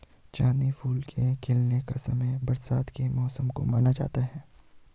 चांदनी फूल के खिलने का समय बरसात के मौसम को माना जाता है